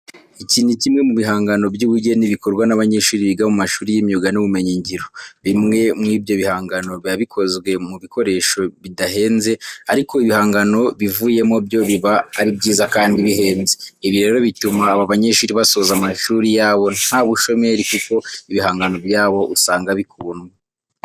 Iki ni kimwe mu bihangano by'ubugeni bikorwa n'abanyeshuri biga mu mashuri y'imyuga n'ibumenyingiro. Bimwe muri ibyo bihangano biba bikozwe mu bikoresho bidahenze ariko ibihangano bivuyemo byo biba ari byiza kandi bihenze. Ibi rero bituma aba banyeshuri basoza amashuri yabo nta bushomeri kuko ibihangano byabo usanga bikundwa.